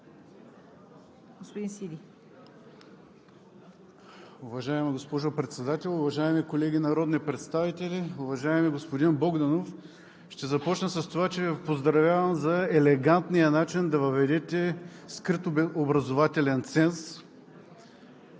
Уважаема госпожо Председател, уважаеми колеги народни представители! Уважаеми господин Богданов, ще започна с това, че Ви поздравявам за елегантния начин да въведете скрит образователен ценз,